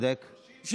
אין להם מספיק שרים.